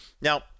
Now